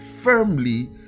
firmly